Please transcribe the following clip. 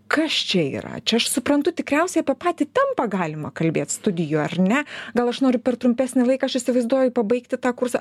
kas čia yra čia čia aš suprantu tikriausiai apie patį tempą galima kalbėt studijų ar ne gal aš noriu per trumpesnį laiką aš įsivaizduoju pabaigti tą kursą